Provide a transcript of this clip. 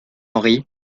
henri